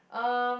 um